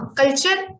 culture